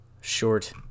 short